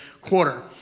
quarter